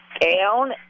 down